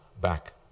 back